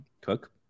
Cook